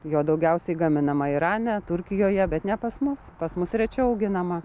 jo daugiausiai gaminama irane turkijoje bet ne pas mus pas mus rečiau auginama